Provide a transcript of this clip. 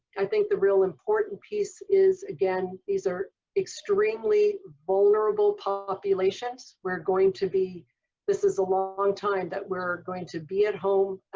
i think the real important piece is, again, these are extremely vulnerable populations. we're going to be this is a long time that we're going to be at home.